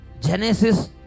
Genesis